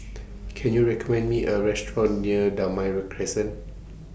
Can YOU recommend Me A Restaurant near Damai Ray Crescent